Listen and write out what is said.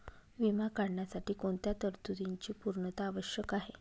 विमा काढण्यासाठी कोणत्या तरतूदींची पूर्णता आवश्यक आहे?